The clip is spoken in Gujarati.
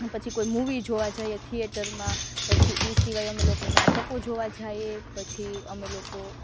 પછી કોઈ મૂવી જોવાં જઈએ થિયેટરમાં પછી એ સિવાય અમે લોકો નાટકો જોવાં જઈએ પછી અમે લોકો